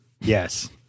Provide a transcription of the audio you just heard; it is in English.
Yes